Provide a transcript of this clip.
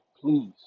Please